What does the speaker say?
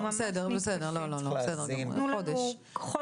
תנו לנו חודש להיערך.